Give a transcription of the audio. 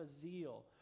zeal